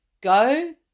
go